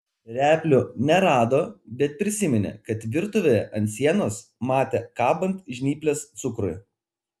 replių nerado bet prisiminė kad virtuvėje ant sienos matė kabant žnyples cukrui